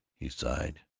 he sighed.